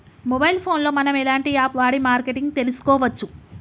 Mobile phone లో మనం ఎలాంటి యాప్ వాడి మార్కెటింగ్ తెలుసుకోవచ్చు?